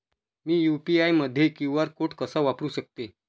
मी UPI मध्ये QR code कसा वापरु शकते?